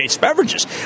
beverages